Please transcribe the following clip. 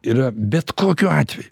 yra bet kokiu atveju